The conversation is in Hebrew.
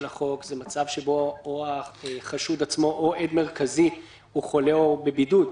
המוקד של החוק נמצא במצב שבו החשוד עצמו או עד מרכזי חולים או בבידוד.